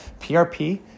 PRP